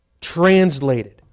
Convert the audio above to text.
translated